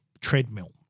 treadmill